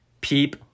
PEEP